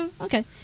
okay